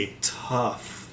tough